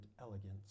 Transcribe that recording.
elegance